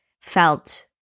felt